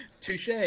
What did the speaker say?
Touche